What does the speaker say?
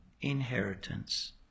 inheritance